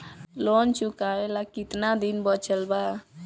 Loan चुकावे ला कितना दिन बचल बा?